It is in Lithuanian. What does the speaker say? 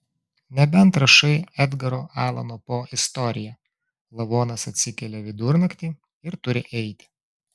nebent rašai edgaro alano po istoriją lavonas atsikelia vidurnaktį ir turi eiti